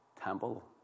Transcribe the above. temple